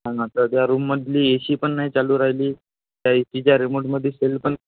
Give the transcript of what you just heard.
हां ना तर त्या रूममधली ए शी पण नाही चालू राहिली त्या एसीच्या रीमोटमध्ये शेल पण